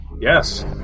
yes